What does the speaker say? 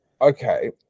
okay